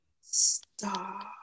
Stop